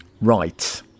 Right